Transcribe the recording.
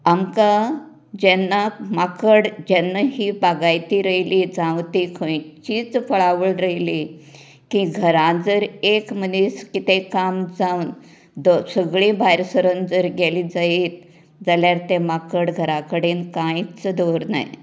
आमकां जेन्ना माकड जेन्ना ही बागायती रोयली जावं ती खंयचीच फळावळ रोयली की घरांत जर एक मनीस कितेंय काम जावन जर सगळीं भायर सरोन जर गेली जायत जाल्यार ते माकड घरा कडेन कांयच दवरनाय